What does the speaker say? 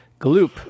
gloop